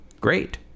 great